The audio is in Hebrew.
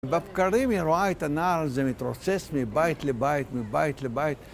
בבקרים היא רואה את הנער הזה, מתרוצץ מבית לבית, מבית לבית